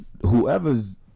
whoever's